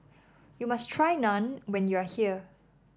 you must try Naan when you are here